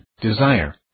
desire